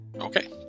Okay